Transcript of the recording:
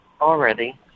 already